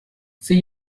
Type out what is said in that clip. see